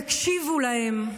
תקשיבו להם,